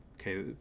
okay